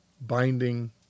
binding